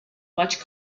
much